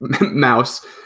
mouse